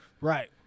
Right